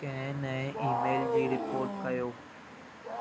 कंहिं नएं ईमेल जी रिपोट कयो